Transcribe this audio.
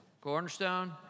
Cornerstone